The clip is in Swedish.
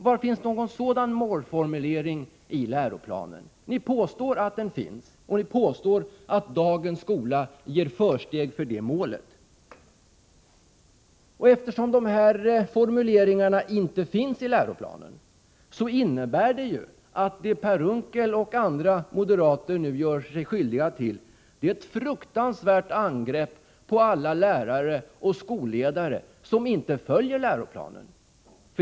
Var finns någon sådan målformulering i läroplanen? Ni påstår att det finns en formulering av det här slaget, och ni påstår att dagens skola ger försteg för detta mål. Eftersom några sådana här formuleringar inte finns i läroplanen, innebär det ju att Per Unckel och andra moderater nu gör sig skyldiga till ett fruktansvärt angrepp på alla lärare och skolledare som inte följer läroplanen.